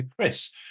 Chris